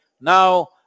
Now